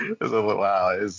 wow